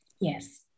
Yes